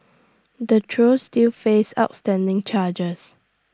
the trio still face outstanding charges